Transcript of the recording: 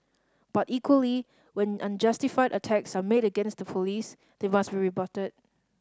but equally when unjustified attacks are made against the Police they must be rebutted